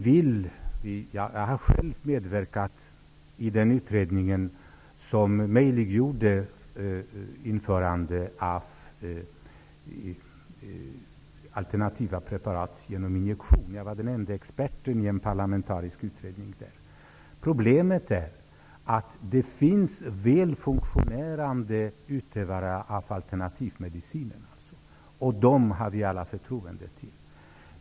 Jag har själv medverkat i utredningen som gjorde det möjligt att få injicera alternativa preparat. Jag var den ende experten i den parlamentariska utredningen. Det finns utövare av alternativ medicin som fungerar bra, och dem har vi alla förtroende för.